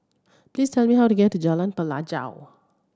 please tell me how to get to Jalan Pelajau